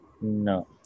No